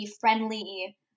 friendly